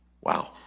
Wow